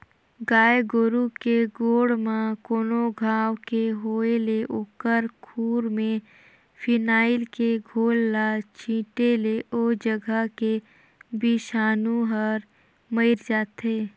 गाय गोरु के गोड़ म कोनो घांव के होय ले ओखर खूर में फिनाइल के घोल ल छींटे ले ओ जघा के बिसानु हर मइर जाथे